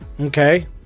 okay